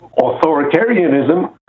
authoritarianism